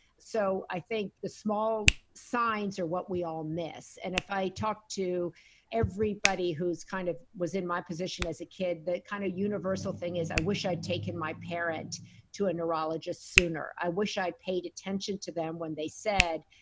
so i think the small signs are what we all miss. and if i talk to everybody who kind of was in my position as a kid, the kind of universal thing is, i wish i'd taken my parent to a neurologist sooner. i wish i'd paid attention to them when they said,